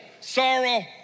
sorrow